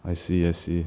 I see I see